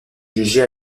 jugée